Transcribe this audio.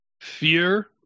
fear